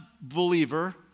believer